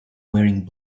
wearing